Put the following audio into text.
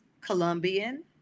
colombian